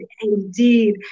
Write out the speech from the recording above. indeed